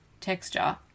texture